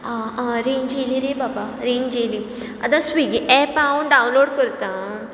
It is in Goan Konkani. आ आ रेंज येयली रे बाबा रेंज येयली आतां स्विगी एप हांव डावनलोड करतां आ